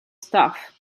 stuff